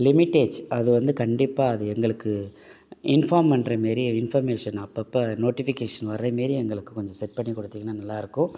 லிமிட்டேஜ் அது வந்து கண்டிப்பாக அது எங்களுக்கு இன்ஃபார்ம் பண்ணுற மாரி இன்ஃபர்மேஷன் அப்பப்போ நோட்டிஃபிகேஷன் வர்ற மாரி எங்களுக்கு கொஞ்சம் செட் பண்ணிக் கொடுத்தீங்கன்னா நல்லா இருக்கும்